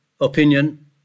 opinion